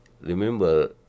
remember